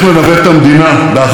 מה עם תהליך השלום?